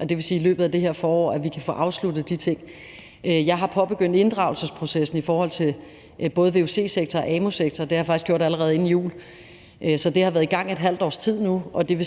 Det vil sige, at vi i løbet af det her forår kan få afsluttet de ting. Jeg har påbegyndt inddragelsesprocessen i forhold til både vuc-sektoren og amu-sektoren – det gjorde jeg faktisk allerede inden jul, så det har været i gang et halvt års tid nu.